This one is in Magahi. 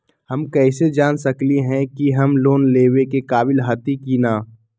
हम कईसे जान सकली ह कि हम लोन लेवे के काबिल हती कि न?